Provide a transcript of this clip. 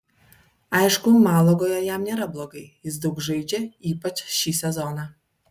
aišku malagoje jam nėra blogai jis daug žaidžia ypač šį sezoną